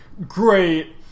great